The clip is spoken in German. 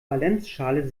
valenzschale